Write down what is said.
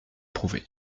prouvé